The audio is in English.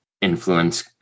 influence